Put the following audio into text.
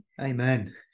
Amen